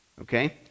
Okay